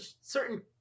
certain